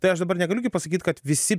tai aš dabar negaliu gi pasakyt kad visi